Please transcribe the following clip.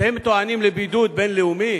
אתם טוענים לבידוד בין-לאומי?